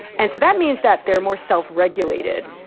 and so that means that they're more self-regulated.